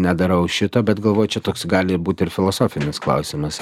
nedarau šito bet galvoju čia toks gali būt ir filosofinis klausimas